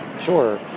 Sure